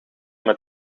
met